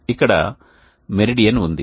ఇక్కడ మెరిడియన్ ఉంది